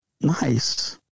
Nice